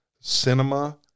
cinema